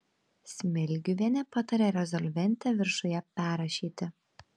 smilgiuvienė patarė rezolventę viršuje perrašyti